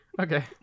okay